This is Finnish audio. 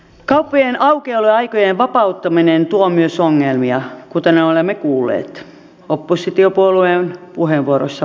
kauppojen aukioloaikojen vapauttaminen tuo myös ongelmia kuten olemme kuulleet oppositiopuolueiden puheenvuoroissa varsinkin